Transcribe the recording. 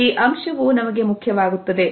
ಈ ಅಂಶವು ನಮಗೆ ಮುಖ್ಯವಾಗುತ್ತದೆ